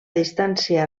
distància